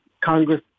Congress